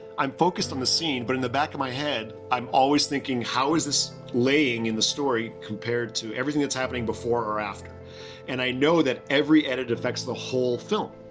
i'm focused on the scene but in the back of my head i'm always thinking, how is this laying in the story compared to everything that's happening before or after and i know that every edit affects the whole film.